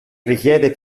richiede